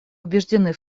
убеждены